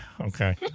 Okay